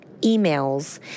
emails